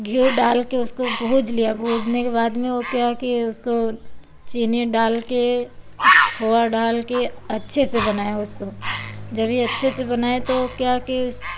घी डाल कर उसको भूज लिया भूजने के बाद में वह क्या है कि उसको चीनी डाल कर खोआ डाल कर अच्छे से बनाया उसको जब यह अच्छे से बनाए तो क्या कि उस